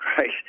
right